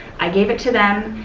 i gave it to them.